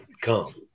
come